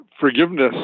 forgiveness